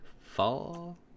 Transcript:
fall